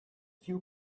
few